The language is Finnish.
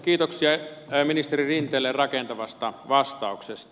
kiitoksia ministeri rinteelle rakentavasta vastauksesta